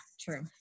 true